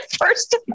first